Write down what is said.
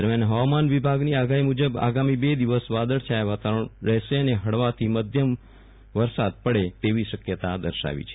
દરમ્યાન ફવામાન વિભાગની આગાફી મુજબ બે દિવસ વાદળછાયુ વાતાવરણ રહેશે અને ફળવાથી મધ્યમ વરસાદ પડે તેવી શક્યતા છે